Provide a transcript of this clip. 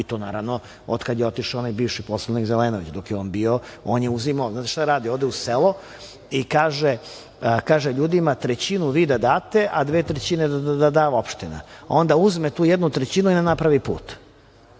i to, naravno, od kada je otišao onaj bivši poslanik Zelenović. Dok je on bio, on je uzimao, znate šta je radio, ode u selo i kaže ljudima – trećinu vi da date, a dve trećine da da opština. Onda uzme tu jednu trećinu i onda napravi put.